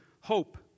hope